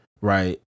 right